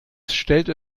stellte